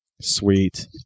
Sweet